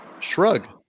shrug